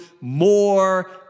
more